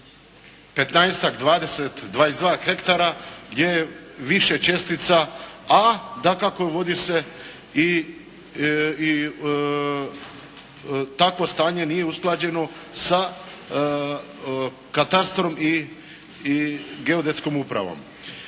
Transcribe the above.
15-ak, 20, 22 hektara, gdje je više čestica, a dakako vodi se i takvo stanje nije usklađeno sa katastrom i geodetskom upravom.